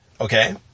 okay